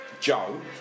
Joe